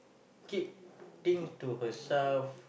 keep things to herself